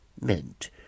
meant